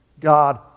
God